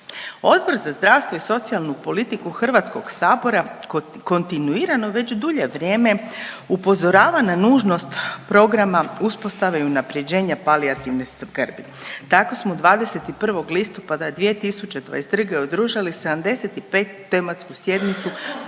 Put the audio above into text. Odbor za zdravstvo i socijalnu politiku HS kontinuirano već dulje vrijeme upozorava na nužnost programa uspostave i unaprjeđenja palijativne skrbi. Tako smo 21. listopada 2022. održali 75. tematsku sjednicu